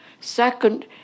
second